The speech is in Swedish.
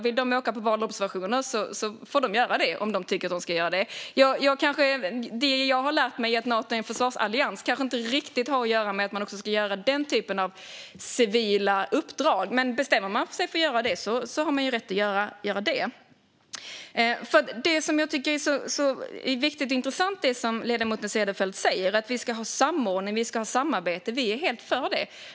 Om de tycker att de ska åka på valobservationer får de göra det. Jag har lärt mig att Nato är en försvarsallians, och det kanske inte riktigt har att göra med den här typen av civila uppdrag, men bestämmer man sig för att göra det har man ju rätt att göra det. Det jag tycker är så viktigt och intressant är det som ledamoten säger om att vi ska ha samordning och samarbete - vi är helt för det.